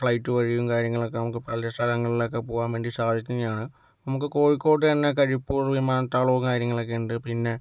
flight വഴിയും കാര്യങ്ങളൊക്കെ നമുക്ക് പല സ്ഥലങ്ങളിലൊക്കെ പോവാൻ വേണ്ടി സാധിക്കുന്നതാണ് നമുക്ക് കോഴിക്കോട് തന്നെ കരിപ്പൂർ വിമാനത്താവളം കാര്യങ്ങളൊക്കെ ഉണ്ട് പിന്നെ